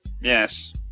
Yes